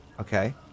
Okay